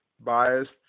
biased